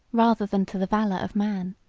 rather than to the valor of man.